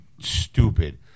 stupid